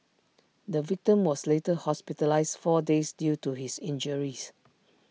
the victim was later hospitalised four days due to his injuries